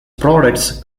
products